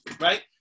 right